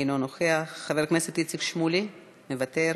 אינו נוכח, חבר הכנסת איציק שמולי, מוותר,